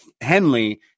henley